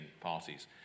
parties